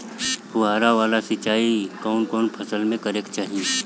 फुहारा वाला सिंचाई कवन कवन फसल में करके चाही?